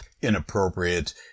inappropriate